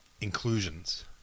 inclusions